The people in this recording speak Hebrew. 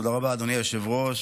תודה רבה, אדוני היושב-ראש.